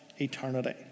eternity